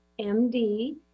MD